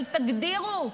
אבל תגדירו.